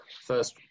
First